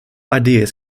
ideas